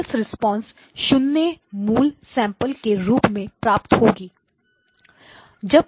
impulse response 0 मूल्य sample के रूप में प्राप्त होगी